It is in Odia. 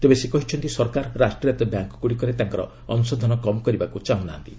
ତେବେ ସେ କହିଛନ୍ତି ସରକାର ରାଷ୍ଟ୍ରାୟତ୍ତ ବ୍ୟାଙ୍କ୍ଗୁଡ଼ିକରେ ତାଙ୍କର ଅଂଶଧନ କମ୍ କରିବାକୁ ଚାହୁଁ ନାହାନ୍ତି